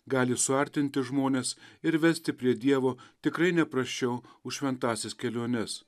gali suartinti žmones ir vesti prie dievo tikrai ne prasčiau už šventąsias keliones